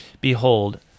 Behold